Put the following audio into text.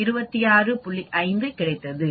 5 கிடைத்தது